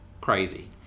crazy